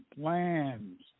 plans